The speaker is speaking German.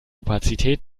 opazität